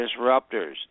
disruptors